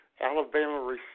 Alabama